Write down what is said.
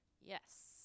Yes